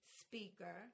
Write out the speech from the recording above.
speaker